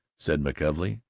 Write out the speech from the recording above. said mckelvey,